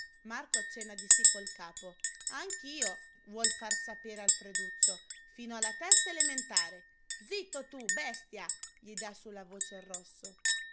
marco accenna di sì col capo anch'io vuol far sapere alfreduccio fino alla terza elementare zitto tu bestia gli dà sulla voce il rosso